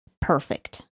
perfect